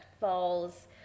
falls